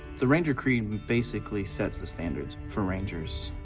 the ranger creed basically sets the standards for rangers.